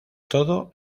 todo